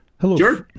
hello